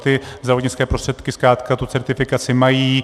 Ty zdravotnické prostředky zkrátka tu certifikaci mají.